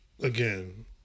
Again